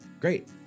Great